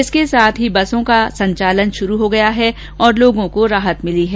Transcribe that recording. इसके साथ ही बसों का संचालन शुरू हो गया है और लोगों को राहत मिली है